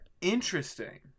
interesting